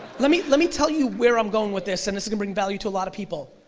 let me let me tell you where i'm going with this and it's gonna bring value to a lot of people,